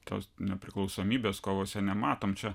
tos nepriklausomybės kovose nematom čia